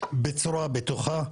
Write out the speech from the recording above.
בצורה בטוחה,